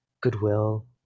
Goodwill